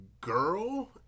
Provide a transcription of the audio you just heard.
girl